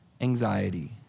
anxiety